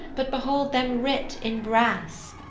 but behold them writ in brass!